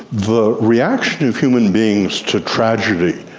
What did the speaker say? the reaction of human beings to tragedy,